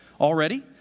already